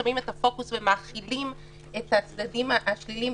שמים את הפוקוס ומאכילים את הצדדים השליליים,